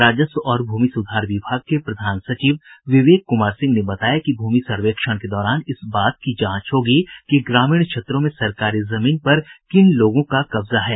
राजस्व और भूमि सुधार विभाग के प्रधान सचिव विवेक कुमार सिंह ने बताया कि भूमि सर्वेक्षण के दौरान इस बात की जांच होगी कि ग्रामीण क्षेत्रों में सरकारी जमीन पर किन लोगों का कब्जा है